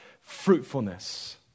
fruitfulness